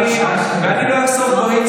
וגבורה,